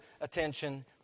attention